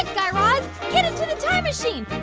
guy raz. get into the time machine.